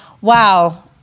wow